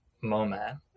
moment